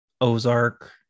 Ozark